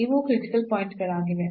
ಇವು critical point ಗಳಾಗಿವೆ